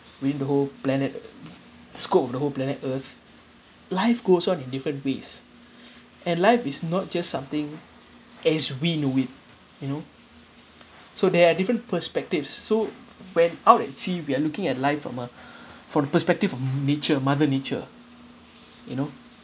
within the whole planet scope of the whole planet earth life goes on in different ways and life is not just something as we know it you know so there are different perspective so when out at sea we are looking at life from uh from the perspective of nature mother nature you know